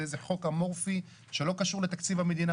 זה חוק אמורפי שלא קשור לתקציב המדינה,